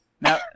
Now